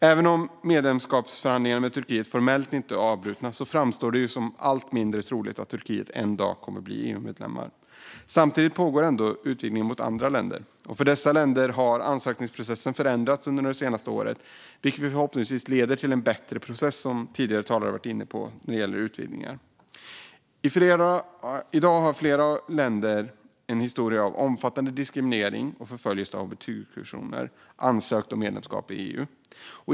Även om medlemskapsförhandlingarna med Turkiet formellt inte är avbrutna framstår det som allt mindre troligt att Turkiet en dag kommer att bli EU-medlem. Samtidigt pågår ändå utvidgningen mot andra länder. För dessa länder har ansökningsprocessen förändrats under det senaste året. Som tidigare talare har varit inne på leder detta förhoppningsvis till en bättre process när det gäller utvidgningar. I dag har flera länder med en historia av omfattande diskriminering och förföljelse av hbtq-personer ansökt om medlemskap i EU.